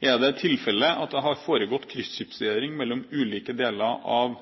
Er det tilfellet at det har foregått kryssfinansiering mellom ulike deler av